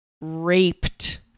raped